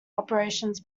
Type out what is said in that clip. operations